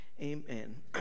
Amen